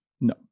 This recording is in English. No